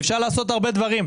ואפשר לעשות הרבה דברים.